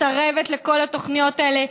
מסרבת לכל התוכניות האלה.